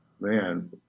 man